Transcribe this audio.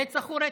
רצח הוא רצח.